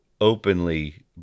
openly